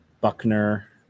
Buckner